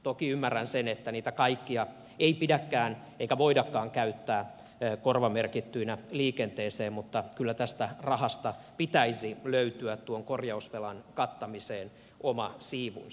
toki ymmärrän sen että niitä kaikkia ei pidäkään eikä voidakaan käyttää korvamerkittyinä liikenteeseen mutta kyllä tästä rahasta pitäisi löytyä tuon korjausvelan kattamiseen oma siivunsa